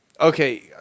Okay